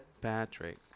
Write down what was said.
Patrick